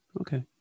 okay